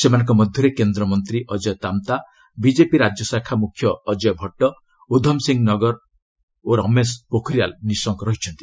ସେମାନଙ୍କ ମଧ୍ୟରେ କେନ୍ଦ୍ରମନ୍ତ୍ରୀ ଅଜୟ ତାମତା ବିଜେପି ରାଜ୍ୟ ଶାଖା ମୁଖ୍ୟ ଅଜୟ ଭଟ୍ଟ ଉଦ୍ଧମସିଂହ ନାଗର ଓ ରମେଶ ପୋଖରିଆଲ୍ ନିଶଙ୍କ ଅଛନ୍ତି